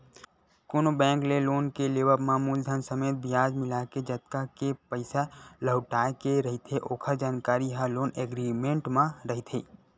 कोनो बेंक ले लोन के लेवब म मूलधन समेत बियाज मिलाके जतका के पइसा लहुटाय के रहिथे ओखर जानकारी ह लोन एग्रीमेंट म रहिथे